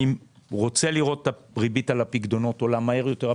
אני רוצה לראות את הריבית על הפיקדונות עולה מהר יותר,